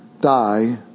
die